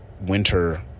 winter